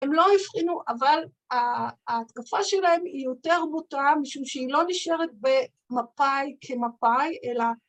הם לא הבחינו אבל ה.. התקפה שלהם היא יותר מוטה משום שהיא לא נשארת במפא״י כמפא״י אלא